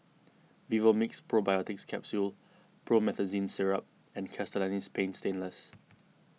Vivomixx Probiotics Capsule Promethazine Syrup and Castellani's Paint Stainless